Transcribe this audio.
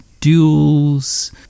duels